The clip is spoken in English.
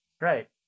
Right